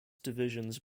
divisions